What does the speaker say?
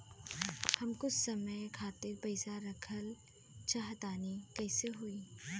हम कुछ समय खातिर पईसा रखल चाह तानि कइसे होई?